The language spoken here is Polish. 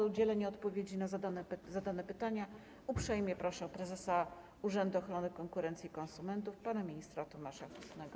O udzielenie odpowiedzi na zadane pytania uprzejmie proszę prezesa Urzędu Ochrony Konkurencji i Konsumentów pana ministra Tomasza Chróstnego.